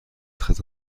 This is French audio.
très